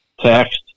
text